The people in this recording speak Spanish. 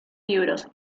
libros